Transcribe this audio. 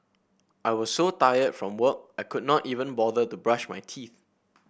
I was so tired from work I could not even bother to brush my teeth